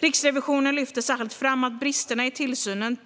Riksrevisionen lyfter särskilt fram att bristerna i tillsynen